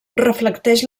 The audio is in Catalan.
reflecteix